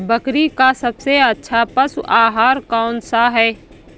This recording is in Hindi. बकरी का सबसे अच्छा पशु आहार कौन सा है?